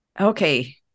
Okay